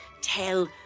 Tell